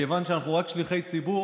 מכיוון שאנחנו רק שליחי ציבור